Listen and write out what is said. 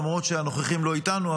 למרות שהנוכחים לא איתנו.